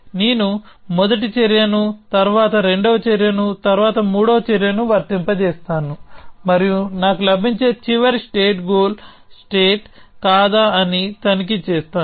నేను మొదటి చర్యను తరువాత రెండవ చర్యను తరువాత మూడవ చర్యను వర్తింపజేస్తాను మరియు నాకు లభించే చివరి స్టేట్ గోల్ స్టేట్ కాదా అని తనిఖీ చేస్తాను